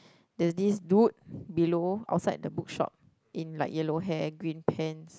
there's this dude below outside the book shop in like yellow hair green pants